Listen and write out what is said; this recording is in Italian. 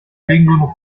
vengono